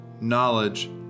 knowledge